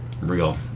real